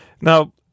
Now